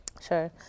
Sure